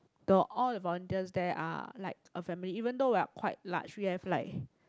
the all the volunteers there are like a family even though we are quite large we have like